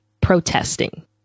protesting